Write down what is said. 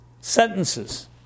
Sentences